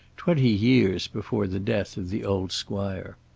twenty years before the death of the old squire.